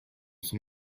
son